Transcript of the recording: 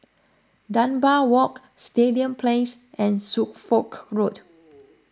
Dunbar Walk Stadium Place and Suffolk Road